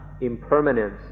impermanence